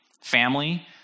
family